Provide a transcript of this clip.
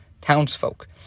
townsfolk